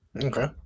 Okay